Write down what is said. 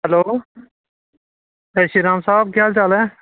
hello जै श्रीराम साहब केह् हाल चाल ऐ